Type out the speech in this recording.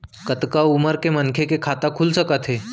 कतका उमर के मनखे के खाता खुल सकथे?